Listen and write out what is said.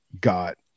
got